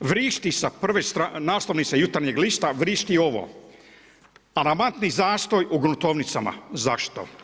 vrišti sa prve naslovnice Jutarnjeg lista vrišti ovo, alarmantni zastoj u gruntovnicama, zašto?